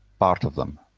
part of them.